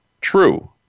True